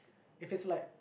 if it's like